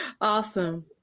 Awesome